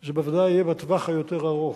זה בוודאי יהיה בטווח היותר ארוך.